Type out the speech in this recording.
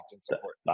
support